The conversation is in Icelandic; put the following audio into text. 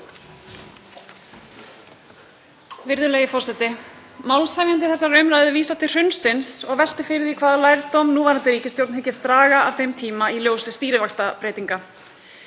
Virðulegi forseti. Málshefjandi þessarar umræðu vísar til hrunsins og veltir fyrir sér því hvaða lærdóm núverandi ríkisstjórn hyggist draga af þeim tíma í ljósi stýrivaxtabreytinga.